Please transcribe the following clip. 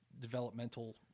developmental